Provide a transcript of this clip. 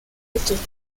automne